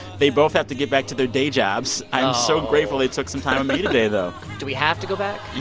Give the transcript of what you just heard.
they both have to get back to their day jobs. i'm so grateful they took some time for me today, though do we have to go back?